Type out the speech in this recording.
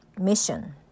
mission